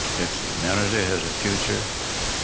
if humanity has a future,